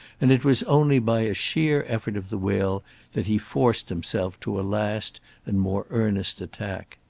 and it was only by a sheer effort of the will that he forced himself to a last and more earnest attack.